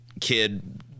kid